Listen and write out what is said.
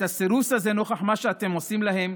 הסירוס הזה נוכח מה שאתם עושים להם,